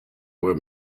there